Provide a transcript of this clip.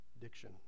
diction